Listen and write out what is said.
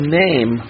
name